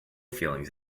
feelings